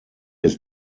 ist